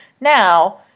now